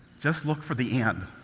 just look for the and.